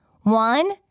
One